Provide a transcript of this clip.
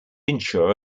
ensure